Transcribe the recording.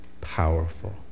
powerful